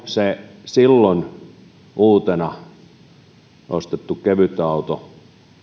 se uutena ostettu kevytauto